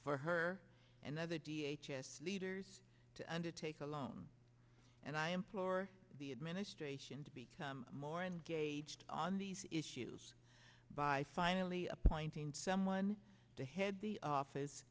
for her and other d h s s leaders to undertake alone and i implore the administration to become more engaged on these issues by finally appointing someone to head the office